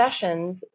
sessions